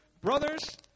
Brothers